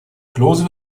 klose